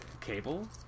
Cable